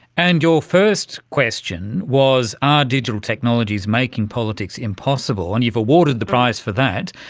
and your first question was are digital technologies making politics impossible, and you've awarded the prize for that.